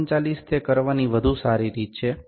39 તે કરવાની વધુ સારી રીત છે